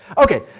okay,